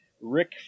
Rick